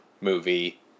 movie